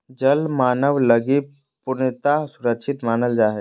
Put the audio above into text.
जल मानव लगी पूर्णतया सुरक्षित मानल जा हइ